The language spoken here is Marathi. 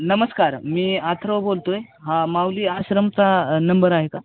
नमस्कार मी आथ्रव बोलतो आहे हा माऊली आश्रमाचा नंबर आहे का